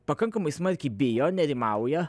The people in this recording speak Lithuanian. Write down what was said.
pakankamai smarkiai bijo nerimauja